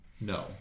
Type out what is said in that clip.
No